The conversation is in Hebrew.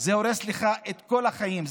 זה הורס לך את כל החיים,